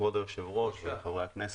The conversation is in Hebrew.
כבוד היושב-ראש וחברי הכנסת,